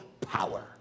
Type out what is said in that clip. power